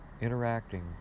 interacting